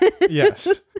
Yes